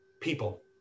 people